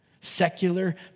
Secular